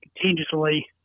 continuously